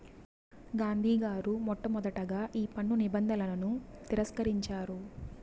గాంధీ గారు మొట్టమొదటగా ఈ పన్ను నిబంధనలను తిరస్కరించారు